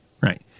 Right